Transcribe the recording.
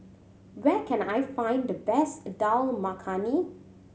where can I find the best Dal Makhani